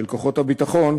של כוחות הביטחון,